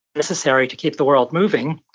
necessary to keep the world moving.